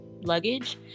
luggage